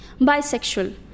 Bisexual